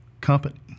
company